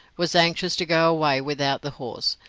was anxious to go away without the horse,